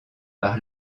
par